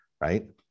right